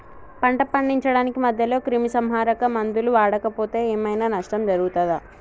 పంట పండించడానికి మధ్యలో క్రిమిసంహరక మందులు వాడకపోతే ఏం ఐనా నష్టం జరుగుతదా?